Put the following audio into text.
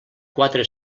quatre